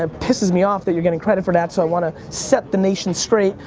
ah pisses me off that you're getting credit for that so i wanna set the nation straight.